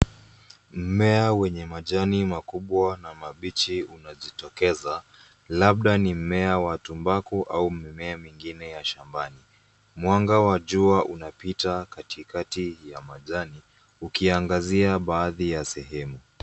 Mmea wenye majani makubwa na mabichi unajitokeza, labda ni mmea wa tumbaku au mimea mingine ya shambani. Mwanga wa jua unapita katikati ya majani, ukiangazia baadhi ya sehemu.